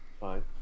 fine